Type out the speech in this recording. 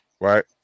right